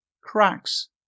cracks